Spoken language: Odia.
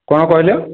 କ'ଣ କହିଲେ